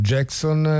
Jackson